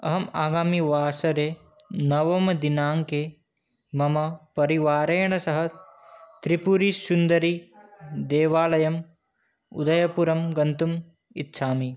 अहम् आगामिवासरे नवमदिनाङ्के मम परिवारेण सह त्रिपुरसुन्दरी देवालयम् उदयपुरं गन्तुम् इच्छामि